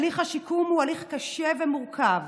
הליך השיקום הוא הליך קשה ומורכב